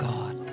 God